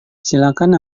silakan